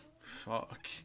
Fuck